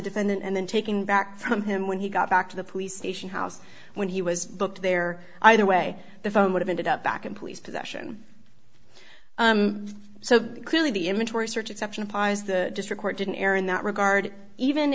defendant and then taking back from him when he got back to the police station house when he was booked there either way the phone would have ended up back in police possession so clearly the image or a search exception of pis the district court didn't air in that regard even